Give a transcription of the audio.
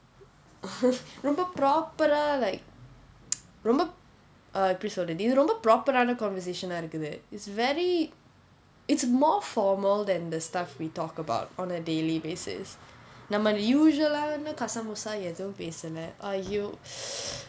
ரொம்ப:romba proper ah like ரொம்ப:romba uh எப்படி சொல்றது இது ரொம்ப:eppadi solrathu ithu romba proper ஆன:aana conversation ah இருக்குது:irukkuthu it's very it's more formal then the stuff we talk about on a daily basis நம்ம:namma usual ஆன கசா முசா ஏதும் பேசலை:aana kasaa musaa aethum pesalai !aiyo!